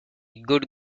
good